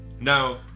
Now